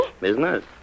Business